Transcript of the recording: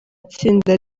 itsinda